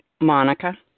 Monica